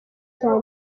cyane